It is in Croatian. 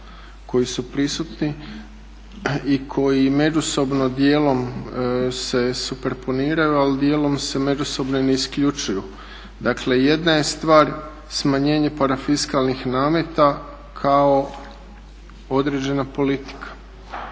koji su prisutni i koji međusobno dijelom se superponiraju, a dijelom se međusobno ne isključuju. Dakle jedna je stvar smanjenje parafiskalnih nameta kao određena politika,